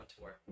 tour